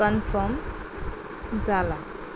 confirm जाला